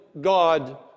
God